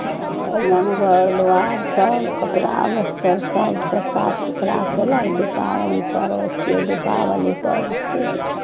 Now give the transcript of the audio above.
आङ्गन घर दुआरिसभ कपड़ा बस्तर सभकेँ साफ सुथरा कयलक दीपावली पर्व छियै दीपावली पर्व छियै